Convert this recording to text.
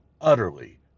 utterly